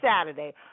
Saturday